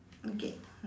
okay